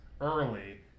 early